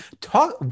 talk